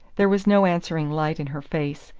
there was no answering light in her face.